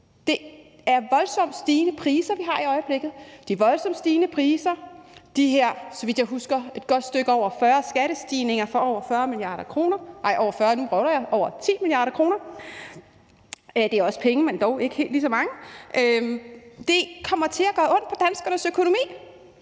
voldsomt stigende priser, og de voldsomt stigende priser og de her, så vidt jeg husker, et godt stykke over 40 skattestigninger for over 40 mia. kr. – undskyld, nu vrøvler jeg, det er over 10 mia. kr.; det er også penge, men dog ikke helt lige så mange – kommer til at gøre ondt på danskernes økonomi,